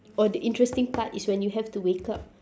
or the interesting part is when you have to wake up